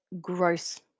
gross